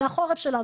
והחורף שלנו,